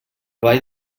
ball